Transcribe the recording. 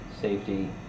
safety